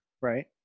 right